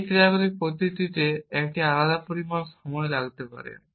এই ক্রিয়াগুলির প্রতিটিতে একটি আলাদা পরিমাণ সময় লাগতে পারে